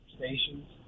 stations